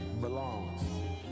belongs